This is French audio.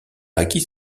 acquis